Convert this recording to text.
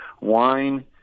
wine